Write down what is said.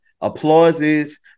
applauses